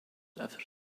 after